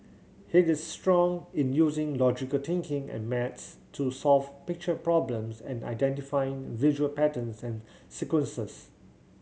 he is strong in using logical thinking and maths to solve picture problems and identifying visual patterns and sequences